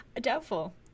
Doubtful